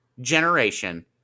generation